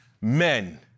men